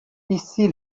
ici